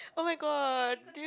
oh my god do you